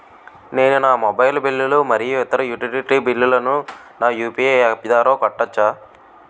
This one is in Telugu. నేను నా మొబైల్ బిల్లులు మరియు ఇతర యుటిలిటీ బిల్లులను నా యు.పి.ఐ యాప్ ద్వారా కట్టవచ్చు